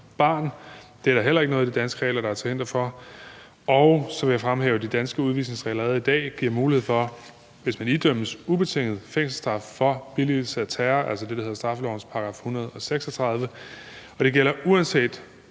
Det er der heller ikke noget i de danske regler, der er til hinder for. Så vil jeg fremhæve, at de danske udvisningsregler allerede i dag giver mulighed for det, hvis man idømmes ubetinget fængselsstraf for billigelse af terror, altså det, der hedder straffelovens § 136, og det gælder uanset